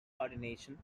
coordination